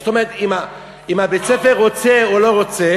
זאת אומרת, אם בית-הספר רוצה או לא רוצה.